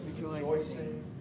rejoicing